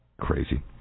Crazy